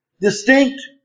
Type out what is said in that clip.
distinct